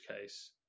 case